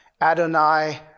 Adonai